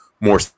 more